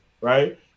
Right